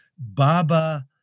Baba